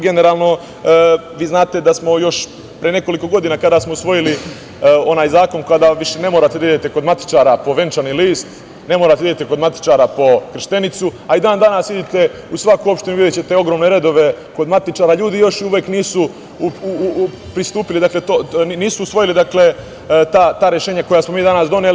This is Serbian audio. Generalno, vi znate da smo još pre nekoliko godina kada smo usvojili onaj zakon da više ne morate da idete kod matičara po venčani list, ne morate da idete kod matičara po krštenicu, a i dan danas, idite u svaku opštinu i videćete ogromne redove kod matičara, ljudi još nisu usvojili ta rešenja koja smo mi danas doneli.